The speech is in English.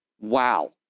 wow